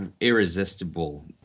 irresistible